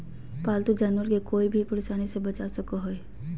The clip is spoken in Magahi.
पालतू जानवर के कोय भी परेशानी से बचा सको हइ